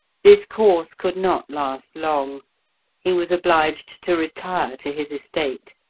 this course could not last long he was obliged to retire to his estate,